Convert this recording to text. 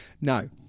No